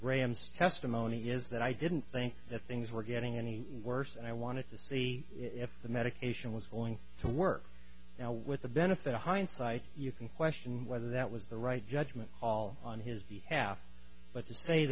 graham's testimony is that i didn't think that things were getting any worse and i wanted to see if the medication was going to work now with the benefit of hindsight you can question whether that was the right judgment call on his behalf but to say